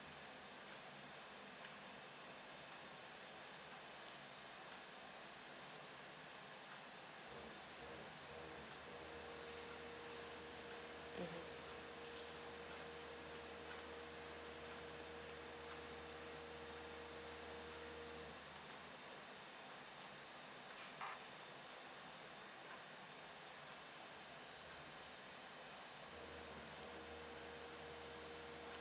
mmhmm